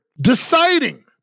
Deciding